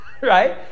right